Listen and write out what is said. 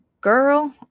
girl